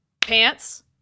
pants